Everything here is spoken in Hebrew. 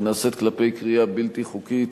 שנעשית כלפי כרייה בלתי חוקית